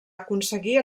aconseguir